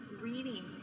reading